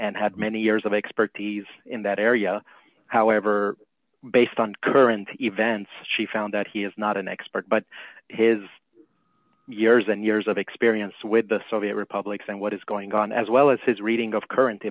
and had many years of expertise in that area however based on current events she found that he is not an expert but his years and years of experience with the soviet republics and what is going on as well as his reading of current